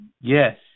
Yes